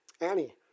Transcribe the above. Annie